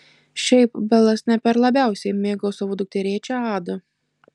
šiaip belas ne per labiausiai mėgo savo dukterėčią adą